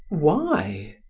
why?